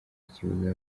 kibuza